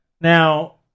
Now